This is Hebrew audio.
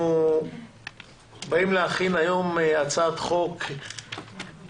אנחנו באים להכין היום הצעת חוק לקריאה